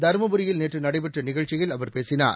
தருமபுரியில் நேற்று நடைபெற்ற நிகழ்ச்சியில் அவர் பேசினார்